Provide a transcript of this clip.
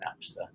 Napster